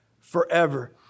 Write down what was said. forever